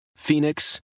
Phoenix